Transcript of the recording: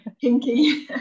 pinky